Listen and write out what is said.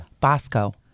Bosco